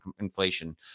inflation